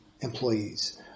employees